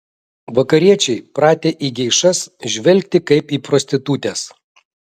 vakariečiai pratę į geišas žvelgti kaip į prostitutes